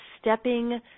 stepping